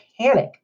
panic